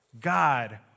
God